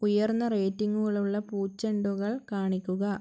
ഉയർന്ന റേറ്റിംഗുകളുള്ള പൂച്ചെണ്ടുകൾ കാണിക്കുക